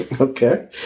Okay